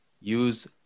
use